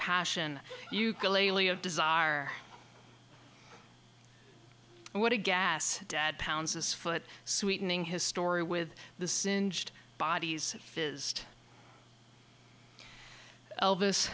passion ukulele of desire what a gas dad pounds his foot sweetening his story with the singed bodies fizzed elvis